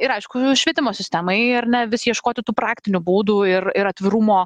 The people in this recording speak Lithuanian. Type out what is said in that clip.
ir aišku švietimo sistemai ar ne vis ieškoti tų praktinių būdų ir ir atvirumo